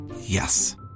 Yes